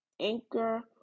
Anchor